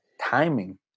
Timing